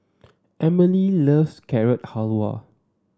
Emely loves Carrot Halwa